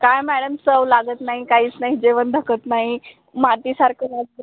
काय मॅडम चव लागत नाही काहीच नाही जेवण धकत नाही मातीसारखं लागतं